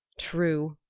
true,